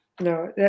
No